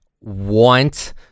want